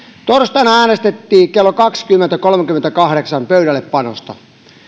torstaina äänestettiin kello kaksikymmentä kolmekymmentäkahdeksan pöydällepanosta